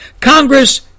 Congress